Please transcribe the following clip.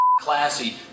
classy